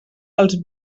als